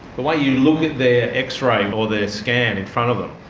the way you look at their x-ray or their scan in front of them,